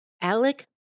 Alec